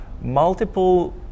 multiple